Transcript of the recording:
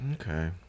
Okay